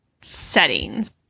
settings